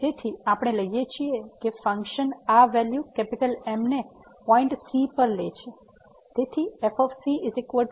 તેથી આપણે લઈએ છીએ કે ફંક્શન આ વેલ્યુ M ને પોઇન્ટ c પર લે છે